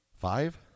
five